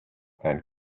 and